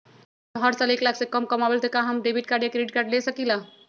अगर हम हर साल एक लाख से कम कमावईले त का हम डेबिट कार्ड या क्रेडिट कार्ड ले सकीला?